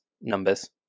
numbers